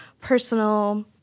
personal